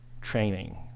training